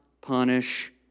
punish